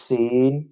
Seen